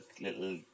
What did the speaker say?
little